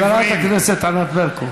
חברת הכנסת ענת ברקו.